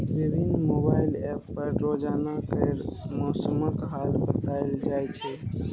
विभिन्न mobile app पर रोजाना केर मौसमक हाल बताएल जाए छै